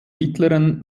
mittleren